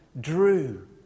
drew